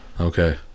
okay